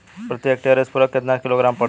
प्रति हेक्टेयर स्फूर केतना किलोग्राम पड़ेला?